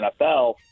NFL